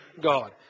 God